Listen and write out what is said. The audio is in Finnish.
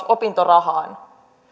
opintorahaan